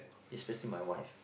especially my wife